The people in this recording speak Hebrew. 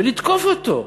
ולתקוף אותו,